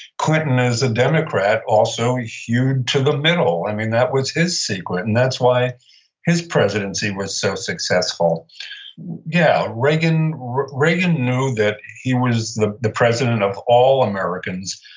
clinton is a democrat also ah hewed to the middle. i mean, that was his secret, and that's why his presidency was so successful yeah, reagan reagan knew that he was the the president of all americans,